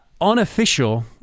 unofficial